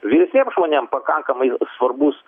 visiem žmonėm pakankamai svarbus